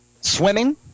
swimming